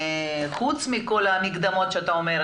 חוץ מכל המקדמות שאתה אומר,